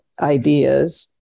ideas